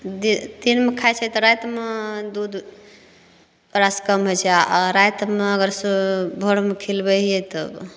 जे दिनमे खाइत छै तऽ रातिमे दूध ओकरासँ कम होइत छै आ रातिमे अगर भोरमे खिलबै हियै तब